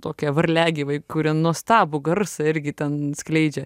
tokie varliagyviai kurie nuostabų garsą irgi ten skleidžia